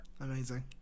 Amazing